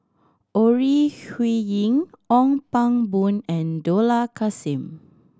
Ore Huiying Ong Pang Boon and Dollah Kassim